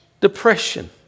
depression